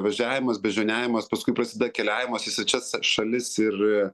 važiavimas beždžioniavimas paskui prasideda keliavimas į svečias šalis ir